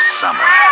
summer